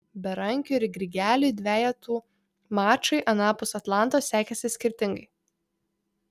berankiui ir grigeliui dvejetų mačai anapus atlanto sekėsi skirtingai